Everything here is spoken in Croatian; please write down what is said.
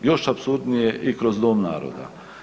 Još apsurdnije i kroz Dom naroda.